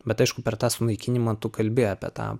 bet aišku per tą sunaikinimą tu kalbi apie tą